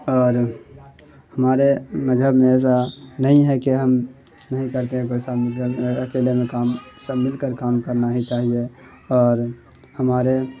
اور ہمارے مذہب میں ایسا نہیں ہے کہ ہم نہیں کرتے ہیں کوئی اکیلے میں کام سب مل کر کام کرنا ہی چاہیے اور ہمارے